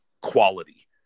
quality